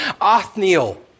Othniel